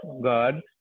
God